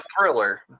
thriller